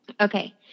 Okay